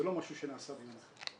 זה לא משהו שנעשה ביום אחד.